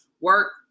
work